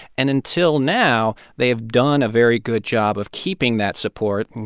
and until now, they have done a very good job of keeping that support.